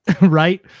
right